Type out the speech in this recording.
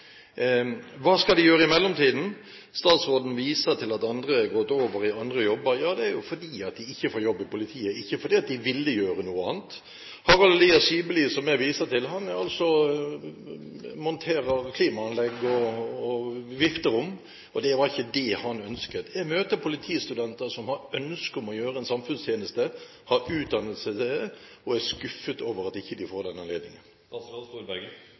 Hva skal de gjøre i mellomtiden? Statsråden viser til at andre har gått over i andre jobber. Ja, det er jo fordi de ikke får jobb i politiet, ikke fordi de ville gjøre noe annet. Harald Elias Skibelid, som jeg viser til, monterer klimaanlegg og vifterom, og det var ikke det han ønsket. Jeg møter politistudenter som har et ønske om å gjøre en samfunnstjeneste, har utdannelse til det, og er skuffet over at de ikke får den anledningen.